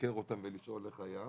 לתחקר אותם ולשאול איך היה.